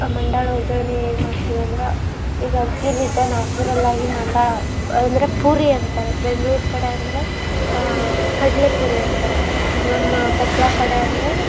ಮಂಡಾಳ ಒಗ್ಗರಣೆ ಹೇಗ್ ಮಾಡ್ತೀವಿ ಅಂದ್ರೆ ಈಗ ಅಕ್ಕಿಯಿಂದ ನ್ಯಾಚುರಲ್ಲಾಗಿ ಮಂಡಾಳ ಅಂದರೆ ಪೂರಿ ಅಂತಾರ ಬೆಂಗ್ಳೂರು ಕಡೆ ಅಂದರೆ ಕಡ್ಲೇಪುರಿ ಅಂತಾರೆ ನಮ್ಮ ಕೊಪ್ಪಳ ಕಡೆ ಅಂದರೆ